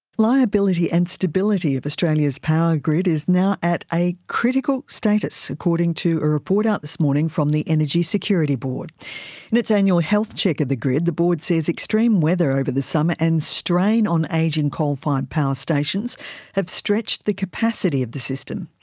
liability and stability of australia's power grid is now at a critical status, according to a report out this morning from the energy security board. in its annual health check of the grid, the board says extreme weather over the summer and strain on ageing coal-fired power stations have stretched the capacity of the system.